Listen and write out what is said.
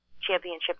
championship